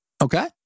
Okay